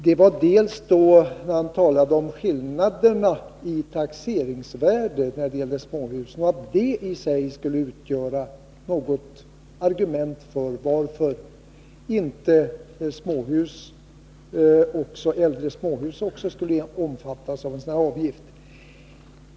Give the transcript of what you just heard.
Det ena var när han talade om att skillnaderna i taxeringsvärde för småhus i sig skulle utgöra något argument för att inte också äldre småhus skulle omfattas av en sådan här avgift.